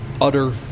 utter